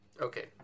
Okay